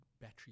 battery